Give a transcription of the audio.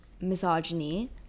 misogyny